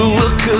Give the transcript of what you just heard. look